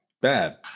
bad